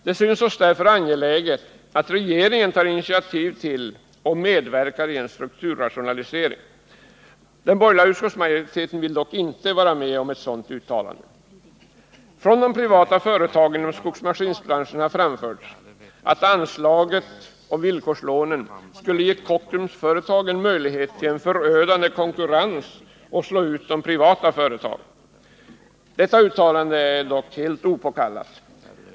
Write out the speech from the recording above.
Det synes därför angeläget att regeringen tar initiativ till och medverkar i en strukturrationalisering. Den borgerliga utskottsmajoriteten vill dock inte sluta upp bakom ett sådant uttalande. Från privata företag inom skogsmaskinsbranschen har framförts att anslaget och villkorslånen skulle ge Kockumsföretagen möjlighet till en förödande konkurrens och till att slå ut de privata företagen. Detta uttalande är dock helt opåkallat.